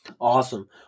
Awesome